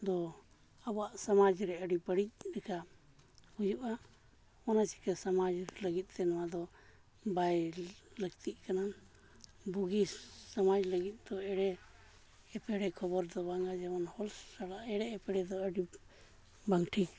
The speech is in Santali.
ᱫᱚ ᱟᱵᱚᱣᱟᱜ ᱥᱚᱢᱟᱡᱽ ᱨᱮ ᱟᱹᱰᱤ ᱵᱟᱹᱲᱤᱡ ᱞᱮᱠᱟ ᱦᱩᱭᱩᱜᱼᱟ ᱚᱱᱟ ᱪᱤᱠᱟᱹ ᱥᱚᱢᱟᱡᱽ ᱞᱟᱹᱜᱤᱫ ᱛᱮ ᱱᱚᱣᱟ ᱫᱚ ᱵᱟᱭ ᱞᱟᱹᱠᱛᱤᱜ ᱠᱟᱱᱟ ᱵᱩᱜᱤ ᱥᱚᱢᱟᱡᱽ ᱞᱟᱹᱜᱤᱫ ᱫᱚ ᱮᱲᱮ ᱮᱯᱮᱲᱮ ᱠᱷᱚᱵᱚᱨ ᱫᱚ ᱵᱟᱝᱟ ᱡᱮᱢᱚᱱ ᱦᱚᱲ ᱥᱟᱞᱟᱜ ᱮᱲᱮ ᱮᱯᱲᱮ ᱫᱚ ᱟᱹᱰᱤ ᱵᱟᱝ ᱴᱷᱤᱠ